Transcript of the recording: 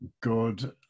good